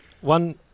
One